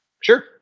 sure